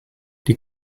die